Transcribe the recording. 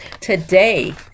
Today